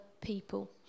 people